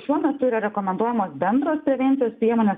šiuo metu yra rekomenduojamos bendros prevencijos priemonės